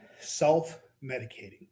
self-medicating